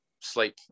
sleep